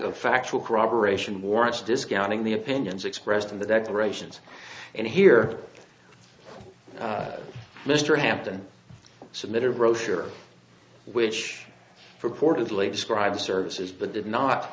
of factual corroboration warrants discounting the opinions expressed in the declarations and here mr hampton submitted a brochure which purportedly describes services but did not